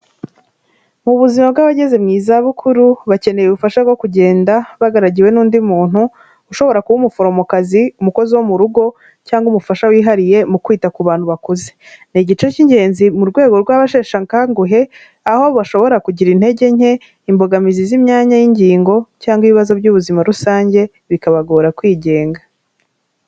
Mu buzima bw'abageze mu zabukuru, bakeneye ubufasha bwo kugenda bagaragiwe n'undi muntu, ushobora kuba umuforomokazi, umukozi wo mu rugo cyangwa umufasha wihariye mu kwita ku bantu bakuze. Ni igice cy'ingenzi mu rwego rw'abasheshe akanguhe, aho bashobora kugira intege nke, imbogamizi z'imyanya y'ingingo cyangwa ibibazo by'ubuzima rusange, bikabagora kwigenga.